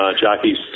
jockey's